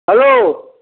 hello